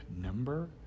number